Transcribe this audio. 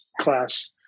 class